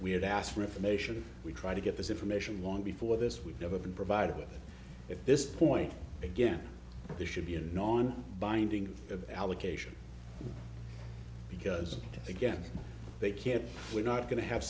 we had asked for information we try to get this information long before this we've never been provided with this point again this should be an on binding of allocation because again they can't we're not going to have